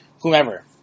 whomever